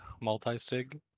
multi-sig